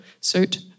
suit